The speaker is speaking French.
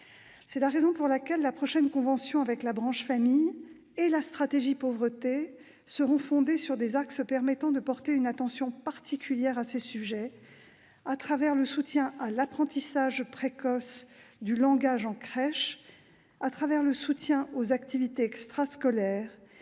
C'est la raison pour laquelle la prochaine convention avec la branche famille et la stratégie de prévention et de lutte contre la pauvreté seront fondées sur des axes permettant de porter une attention particulière à ces sujets à travers le soutien à l'apprentissage précoce du langage en crèche et aux activités extrascolaires,